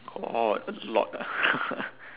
got a lot ah